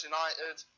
United